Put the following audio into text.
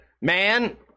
man